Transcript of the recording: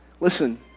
listen